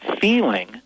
feeling